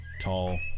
Tall